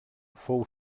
fou